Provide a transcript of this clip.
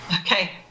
Okay